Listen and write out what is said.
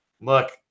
look